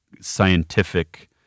scientific